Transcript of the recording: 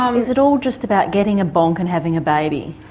um is it all just about getting a bonk and having a baby?